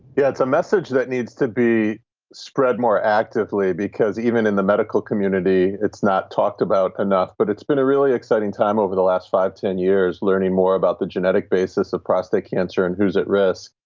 yeah. it's a message that needs to be spread more actively because even in the medical community, it's not talked about enough. but it's been a really exciting time over the last five, ten years learning more about the genetic basis of prostate cancer and who's at risk.